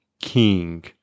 King